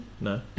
No